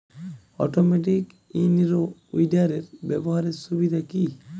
Automatic in row উইডারের ব্যবহারের সুবিধা কি?